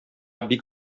бик